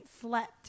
slept